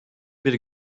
bir